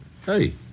Hey